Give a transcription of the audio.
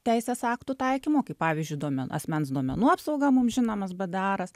teisės aktų taikymo kaip pavyzdžiui duomen asmens duomenų apsauga mums žinomas bdaras